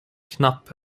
knapp